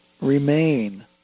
remain